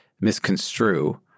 misconstrue